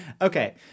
Okay